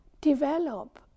develop